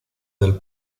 del